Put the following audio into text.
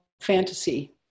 fantasy